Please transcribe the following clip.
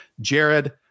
Jared